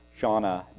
Shauna